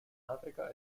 africa